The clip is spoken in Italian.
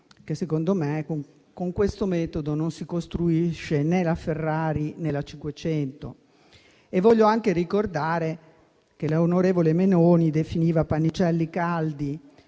mio avviso, con questo metodo non si costruisce né la Ferrari, né la 500. Voglio anche ricordare che l'onorevole Meloni definiva pannicelli caldi